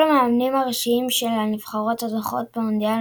כל המאמנים הראשיים של הנבחרות הזוכות במונדיאל